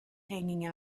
hanging